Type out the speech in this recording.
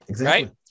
Right